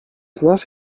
znasz